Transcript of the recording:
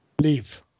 Leave